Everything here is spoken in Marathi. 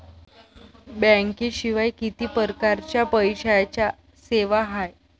बँकेशिवाय किती परकारच्या पैशांच्या सेवा हाय?